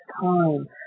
time